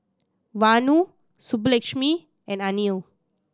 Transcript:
Vanu Subbulakshmi and Anil